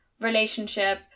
relationship